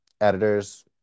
editors